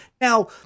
Now